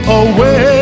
away